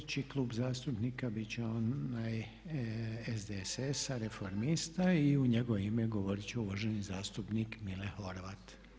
Sljedeći klub zastupnik bit će onaj SDSS-a Reformista i u njegovo ime govorit će uvaženi zastupnik Mile Horvat.